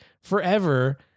forever